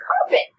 carpet